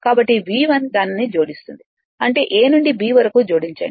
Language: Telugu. కాబట్టి V1 దానిని జోడిస్తుంది అంటే A నుండి B వరకు జోడించండి